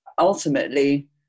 ultimately